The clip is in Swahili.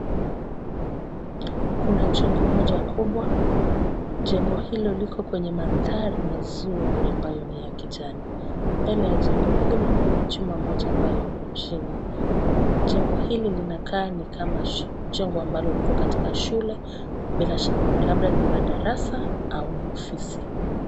Kuna jengo moja kubwa. Jengo hilo liko kwenye mandhari mazuri ambayo ni ya kijani. Ndani ya jengo hilo kuna chuma moja ambayo iko chini. Jengo hili linakaa ni kama jengo ambalo liko katika shule, labda ni madarasa au ni ofisi.